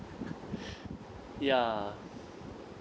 ya